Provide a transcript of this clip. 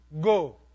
go